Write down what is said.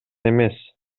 эмес